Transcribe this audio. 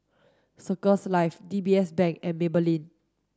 Circles Life D B S Bank and Maybelline